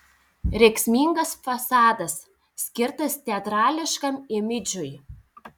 rėksmingas fasadas skirtas teatrališkam imidžui